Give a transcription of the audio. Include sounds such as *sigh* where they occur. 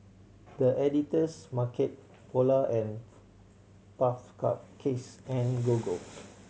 The Editor's Market Polar and Puff *unintelligible* Cakes and Gogo